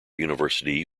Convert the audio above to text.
university